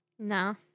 No